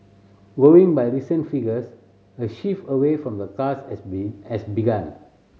going by recent figures a shift away from the cars has been has begun